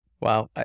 Wow